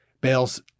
Bale's